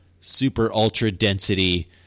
super-ultra-density